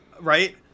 right